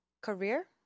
career